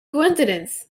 coincidence